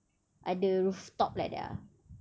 ada rooftop like that ah